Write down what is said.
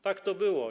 Tak to było.